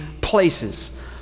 places